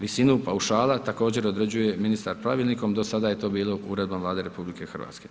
Visinu paušala također određuje ministar pravilnikom do sada je to bilo Uredbom Vlade RH.